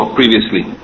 previously